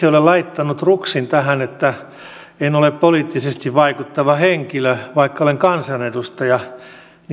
olen laittanut ruksin että en ole poliittisesti vaikuttava henkilö vaikka olen kansanedustaja